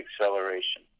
acceleration